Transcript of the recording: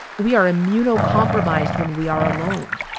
we are immunocompromised when we are alone.